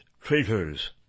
traitors